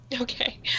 Okay